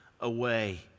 away